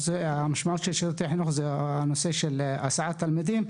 המשמעות של שירותי חינוך במקרה הזה זה הנושא של הסעת תלמידים,